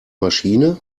maschine